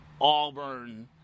auburn